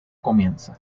comienza